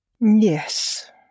Yes